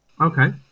Okay